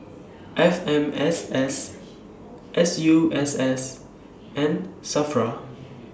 F M S S S U S S and SAFRA